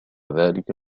ذلك